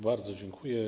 Bardzo dziękuję.